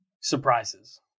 surprises